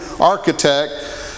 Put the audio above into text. architect